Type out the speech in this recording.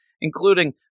including